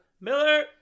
Miller